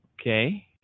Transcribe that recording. Okay